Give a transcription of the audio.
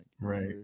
right